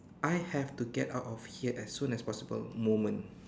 I have to get out of here as soon as possible moment